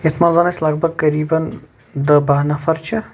یَتھ منٛز زن أسۍ لگ بگ قریبن دہ باہہ نفر چھِ